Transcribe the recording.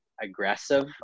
aggressive